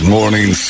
Morning